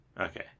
okay